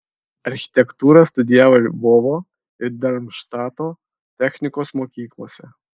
architektūrą studijavo lvovo ir darmštato technikos mokyklose